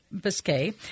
Biscay